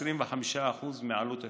ב-25% מעלות השירות,